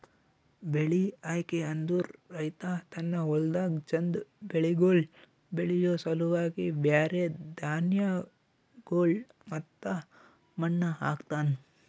ಬೆಳಿ ಆಯ್ಕೆ ಅಂದುರ್ ರೈತ ತನ್ನ ಹೊಲ್ದಾಗ್ ಚಂದ್ ಬೆಳಿಗೊಳ್ ಬೆಳಿಯೋ ಸಲುವಾಗಿ ಬ್ಯಾರೆ ಧಾನ್ಯಗೊಳ್ ಮತ್ತ ಮಣ್ಣ ಹಾಕ್ತನ್